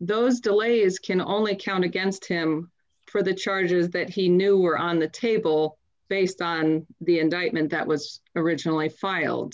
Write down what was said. those delays can only count against him for the charges that he knew were on the table based on the indictment that was originally filed